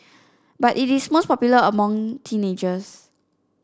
but it is most popular among teenagers